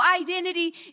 identity